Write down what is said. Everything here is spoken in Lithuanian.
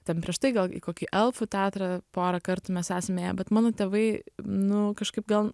ten prieš tai gal į kokį elfų teatrą porą kartų mes esame ėję bet mano tėvai nu kažkaip gal